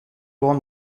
rentre